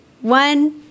one